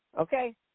Okay